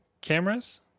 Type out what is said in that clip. cameras